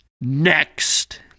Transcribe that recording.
Next